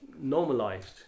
normalized